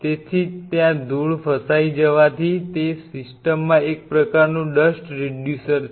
તેથી ત્યાં ધૂળ ફસાઈ જવાથી તે સિસ્ટમમાં એક પ્રકારનું ડસ્ટ રિડ્યુસર છે